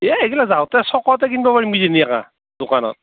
এ এইগিলা যাওঁতে চকতে কিন্বা পাৰিম কিজানি একা দোকানত